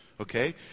Okay